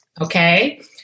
okay